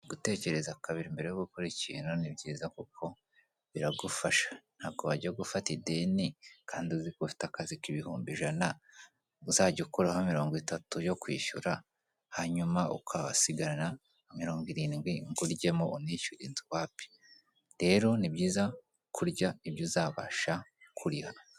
Gutekereza kabiri mbere yo gukora ikintu ni byiza kuko biragufasha, ntabwo wajya gufata ideni kandi uziko ufite akazi k'ibihumbi ijana, uzajya ukuraho mirongo itatu yo kwishyura, hanyuma ugasigarana mirongo irindwi, ngo uryemo unishyure inzu, wapi, rero ni byiza kurya ibyo uzabasha kuriha.